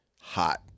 hot